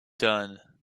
done